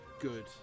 good